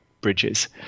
bridges